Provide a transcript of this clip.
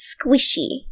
squishy